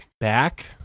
back